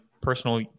personal